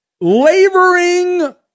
Laboring